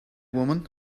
woman